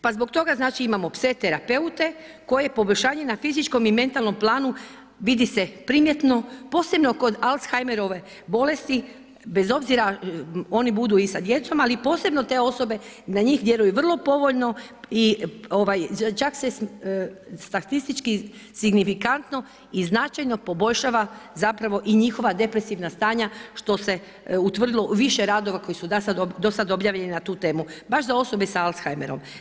Pa zbog toga znači imamo pse terapeute koji poboljšanje na fizičkom i mentalnom planu vidi se primjetno posebno kod Alzheimerove bolesti bez obzira oni budu i sa djecom ali i posebno te osobe, na njih djeluju vrlo povoljno i čak se statistički signifikantno i značajno poboljšava zapravo i njihova depresivna stanja što se utvrdilo u više radova koja su do sada objavljena na tu temu, baš za osobe sa Alzheimerom.